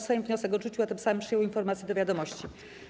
Sejm wniosek odrzucił, a tym samym przyjął informację do wiadomości.